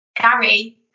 Gary